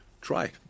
try